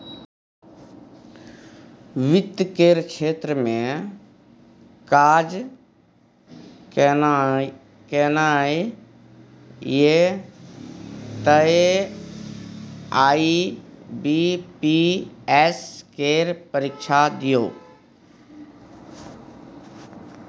वित्त केर क्षेत्र मे काज केनाइ यै तए आई.बी.पी.एस केर परीक्षा दियौ